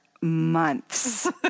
months